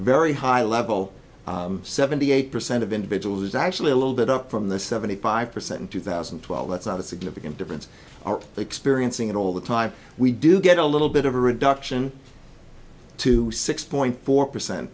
very high level seventy eight percent of individuals is actually a little bit up from the seventy five percent in two thousand and twelve that's not a significant difference are they experiencing at all the time we do get a little bit of a reduction two six point four percent